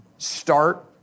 Start